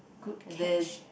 good catch